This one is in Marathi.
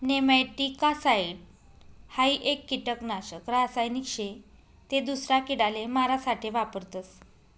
नेमैटीकासाइड हाई एक किडानाशक रासायनिक शे ते दूसरा किडाले मारा साठे वापरतस